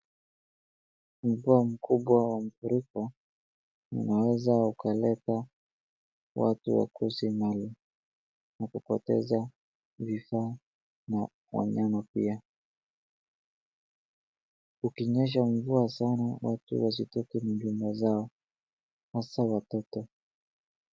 Mvua mkubwa wa mfuriko, unaweza ukaleta watu wakose mali, na kupoteza vifaa na wanyama pia. Kukinyesha mvua sana watu wasitoke majumba zao, hasa watoto.